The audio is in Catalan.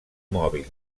mòbil